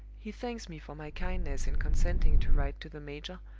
he thanks me for my kindness in consenting to write to the major,